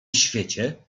świecie